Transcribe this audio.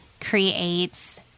creates